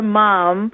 mom